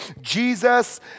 Jesus